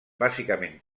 bàsicament